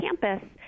campus